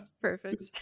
Perfect